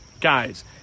guys